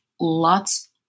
lots